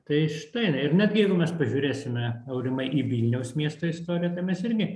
tai štai ir netgi jeigu mes pažiūrėsime aurimai į vilniaus miesto istoriją tai mes irgi